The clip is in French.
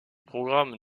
programmes